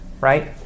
right